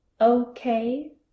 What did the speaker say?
okay